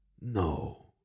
No